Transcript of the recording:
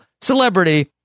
celebrity